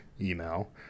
email